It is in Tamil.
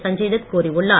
சஞ்சய் தத் கூறியுள்ளார்